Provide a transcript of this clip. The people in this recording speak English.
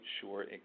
sure